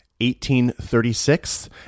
1836